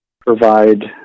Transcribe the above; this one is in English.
provide